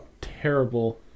terrible